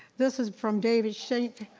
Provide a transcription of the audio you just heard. this is from david shenk,